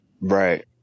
right